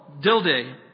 Dilday